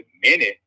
minute